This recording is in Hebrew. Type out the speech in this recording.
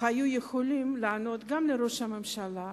היו יכולים לענות גם לראש הממשלה,